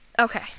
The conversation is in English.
Okay